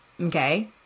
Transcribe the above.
okay